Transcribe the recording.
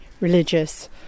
religious